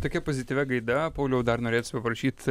tokia pozityvia gaida pauliau dar norėsiu paprašyt